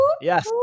Yes